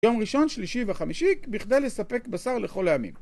יום ראשון, שלישי וחמישי בכדי לספק בשר לכל הימים